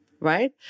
right